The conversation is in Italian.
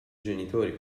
genitori